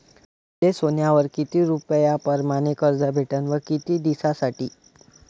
मले सोन्यावर किती रुपया परमाने कर्ज भेटन व किती दिसासाठी?